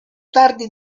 tardi